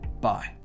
Bye